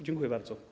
Dziękuję bardzo.